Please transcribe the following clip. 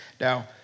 Now